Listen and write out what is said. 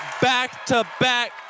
back-to-back